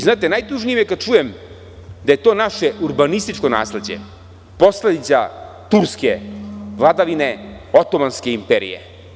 Znate, najtužnije mi je kad čujem da je to naše urbanističko nasleđe posledica turske vladavine Otomanske imperije.